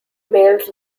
males